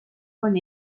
con